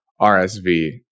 RSV